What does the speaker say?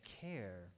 care